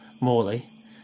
Morley